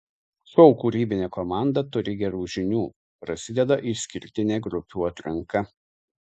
šou kūrybinė komanda turi gerų žinių prasideda išskirtinė grupių atranka